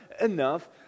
enough